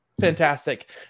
fantastic